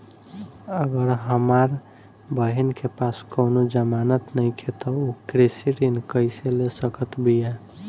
अगर हमार बहिन के पास कउनों जमानत नइखें त उ कृषि ऋण कइसे ले सकत बिया?